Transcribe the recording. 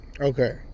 Okay